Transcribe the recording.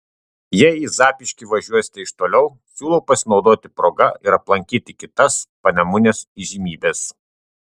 jei į zapyškį važiuosite iš toliau siūlau pasinaudoti proga ir aplankyti kitas panemunės įžymybes